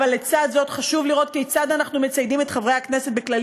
אבל לצד זה חשוב לראות כיצד אנו מציידים את חברי הכנסת בכלים